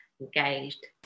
engaged